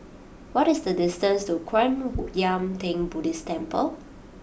what is the distance to Kwan Yam Theng Buddhist Temple